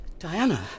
Diana